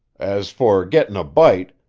as for getting a bite,